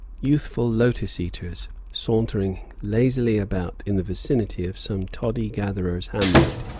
youthful lotus-eaters, sauntering lazily about in the vicinity of some toddy-gatherer's hamlet,